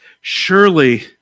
Surely